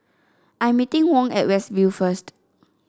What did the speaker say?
I am meeting Wong at West View first